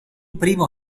primo